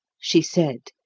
she said,